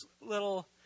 little